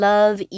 Love